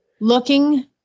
looking